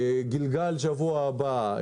גילגל בשבוע הבא,